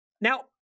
Now